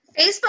Facebook